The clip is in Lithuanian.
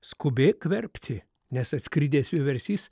skubėk verpti nes atskridęs vieversys